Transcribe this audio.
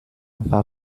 war